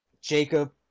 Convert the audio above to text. Jacob